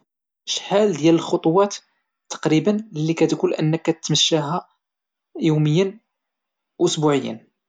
شحال ديال الخطوات تقريبا اللي كتقول انك كتمشاها يوميا وفالسيمانا؟